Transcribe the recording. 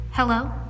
Hello